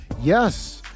Yes